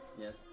Yes